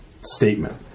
statement